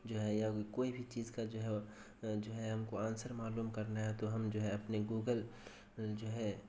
جو ہے یا کوئی بھی چیز کا جو ہے جو ہے ہم کو آنسر معلوم کرنا ہے تو ہم جو ہے اپنے گوگل جو ہے